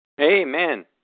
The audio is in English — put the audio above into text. Amen